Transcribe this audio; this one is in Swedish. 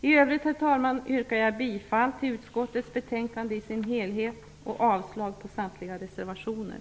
I övrigt, herr talman, yrkar jag bifall till hemställan i utskottets betänkande i sin helhet och avslag på samtliga reservationer.